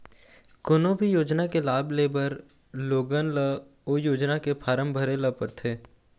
कोनो भी योजना के लाभ लेबर लोगन ल ओ योजना के फारम भरे ल परथे